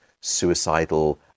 suicidal